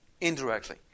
indirectly